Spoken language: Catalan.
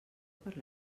per